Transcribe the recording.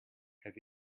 have